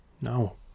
No